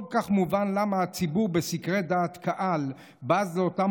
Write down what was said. כל כך מובן למה בסקרי דעת קהל הציבור בז לאותם